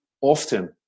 often